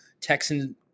Texan